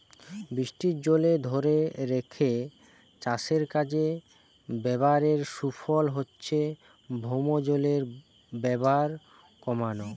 বৃষ্টির জল ধোরে রেখে চাষের কাজে ব্যাভারের সুফল হচ্ছে ভৌমজলের ব্যাভার কোমানা